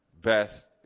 best